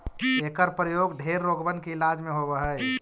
एकर प्रयोग ढेर रोगबन के इलाज में होब हई